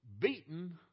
beaten